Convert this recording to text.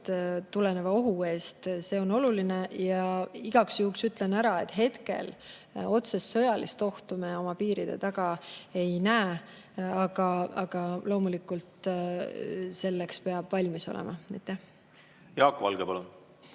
tuleva ohu eest, on oluline. Igaks juhuks ütlen ära, et hetkel me otsest sõjalist ohtu oma piiride taga ei näe. Aga loomulikult selleks peab valmis olema. Aitäh! Jah,